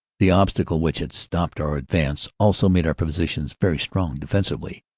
the obstacle which had stopped our advance also made our positions very strong defensively,